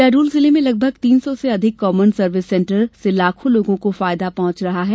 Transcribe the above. शहडोल जिले में लगभग तीन सौ से अधिक कॉमन सर्विस सेण्टर से लाखो लोगों को फायदा पहुंच रहा है